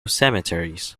cemeteries